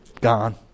gone